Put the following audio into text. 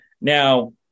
now